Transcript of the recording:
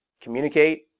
Communicate